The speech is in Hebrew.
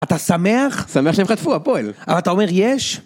אתה שמח? שמח שהם חטפו הפועל. אבל אתה אומר יש?